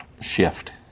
shift